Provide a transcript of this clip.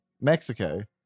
Mexico